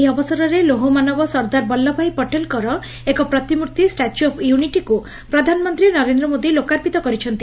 ଏହି ଅବସରରେ ଲୌହମାନବ ସର୍ଦ୍ଦାର ବଲ୍ଲଭ ଭାଇ ପଟେଲଙ୍କର ଏକ ପ୍ରତିମୂର୍ଭି 'ଷ୍କାଚ୍ୟୁ ଅଫ୍ ୟୁନିଟି'କୁ ପ୍ରଧାନମନ୍ତୀ ନରେନ୍ଦ୍ର ମୋଦି ଲୋକାପିତ କରିଛନ୍ତି